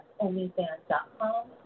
OnlyFans.com